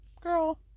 Girl